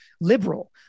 liberal